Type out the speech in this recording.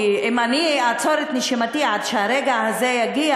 כי אם אני אעצור את נשימתי עד שהרגע הזה יגיע,